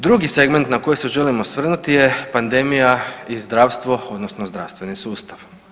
Drugi segment na koji se želim osvrnuti je pandemija i zdravstvo odnosno zdravstveni sustav.